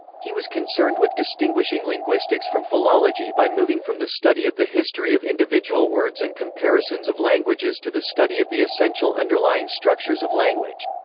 he was concerned with distinguishing linguistics from philology by moving from the study of the history of individual words and comparisons of languages to the study of the essential underlying structures of language.